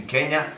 Kenya